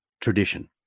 tradition